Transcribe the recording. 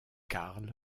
karl